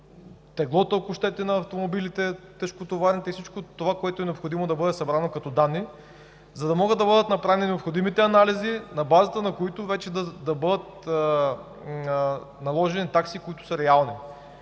теглото, ако щете, на тежкотоварните автомобилите и всичко това, което е необходимо да бъде събрано като данни, за да могат да бъдат направени необходимите анализи, на базата на които вече да бъдат наложени такси, които са реални